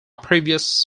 previous